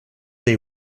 they